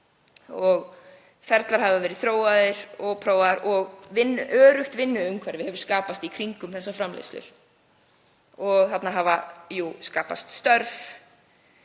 Ferlar hafa verið þróaðir og prófaðir og öruggt vinnuumhverfi hefur skapast í kringum slíka framleiðslu. Þarna hafa skapast störf